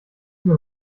mir